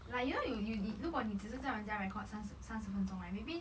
like you know you you 你如果你只是叫人家 record 三三十分钟 right maybe